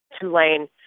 Tulane